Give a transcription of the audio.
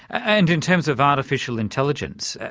and in terms of artificial intelligence,